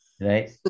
Right